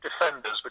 defenders